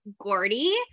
Gordy